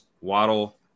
waddle